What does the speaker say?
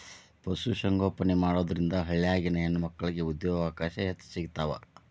ಪಶು ಸಂಗೋಪನೆ ಮಾಡೋದ್ರಿಂದ ಹಳ್ಳ್ಯಾಗಿನ ಹೆಣ್ಣಮಕ್ಕಳಿಗೆ ಉದ್ಯೋಗಾವಕಾಶ ಹೆಚ್ಚ್ ಸಿಗ್ತಾವ